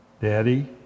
Daddy